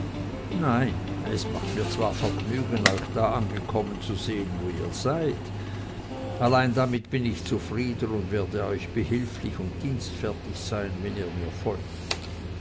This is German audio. nein es macht mir zwar vergnügen euch da angekommen zu sehen wo ihr seid allein damit bin ich zufrieden und werde euch behilflich und dienstfertig sein wenn ihr mir folgt